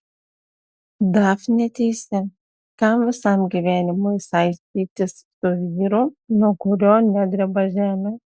dafnė teisi kam visam gyvenimui saistytis su vyru nuo kurio nedreba žemė